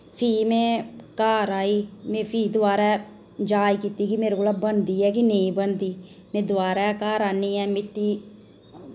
फ्ही में घर आई में फ्ही दबारा जाच कीती कि मेरे कोला बनदी ऐ कि नेईं बनदी मैं दबारा घर आह्नियै मिट्टी